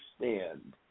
understand